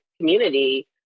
community